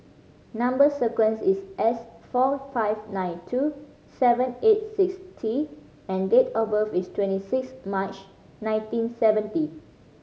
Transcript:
number sequence is S four five nine two seven eight six T and date of birth is twenty six March nineteen seventy